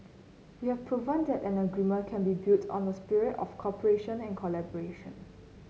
we have proven that an agreement can be built on a spirit of cooperation and collaboration